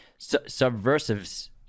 -subversives